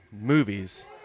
movies